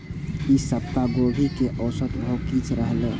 ई सप्ताह गोभी के औसत भाव की रहले?